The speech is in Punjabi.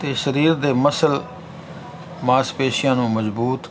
ਅਤੇ ਸਰੀਰ ਦੇ ਮਸਲ ਮਾਸਪੇਸ਼ੀਆਂ ਨੂੰ ਮਜਬੂਤ